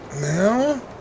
now